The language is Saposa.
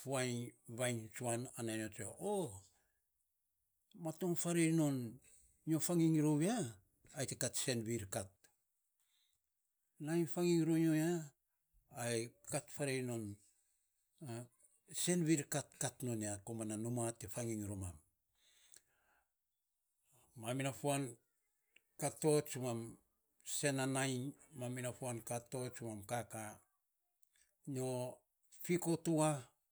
fuainy vainy tsuan ana nyo tsue. O! Matong farei non nyo fanginy rou ya? Ai te kat senvir kat, nainy nyo fanging rou ya ai kat farei nou a senvir kat ai kat non ya komana numa te fanging romam. Mam inafuan kat to sa mam sem na nainy mam kaka. Nyo fiko to ya.